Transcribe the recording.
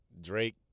Drake